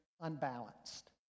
unbalanced